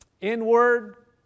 inward